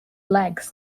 legs